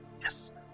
yes